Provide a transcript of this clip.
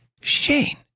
Shane